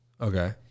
Okay